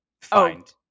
find